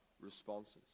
responses